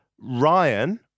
Ryan